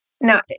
Now